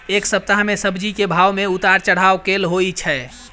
एक सप्ताह मे सब्जी केँ भाव मे उतार चढ़ाब केल होइ छै?